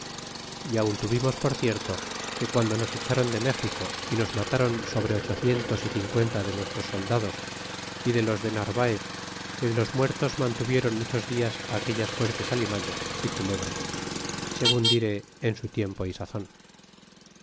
y aun tuvimos por cierto que guando nos echaron de mexico y nos mataron sobre ochocientos y cincuenta de nuestros soldados é de los de narvaez que de los muertos mantuviéron muchos dias aquellas fuertes alimaüas y culebras segun diré en su tiempo y sazon